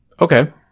Okay